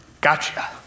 gotcha